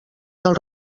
dels